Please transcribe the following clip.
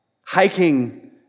Hiking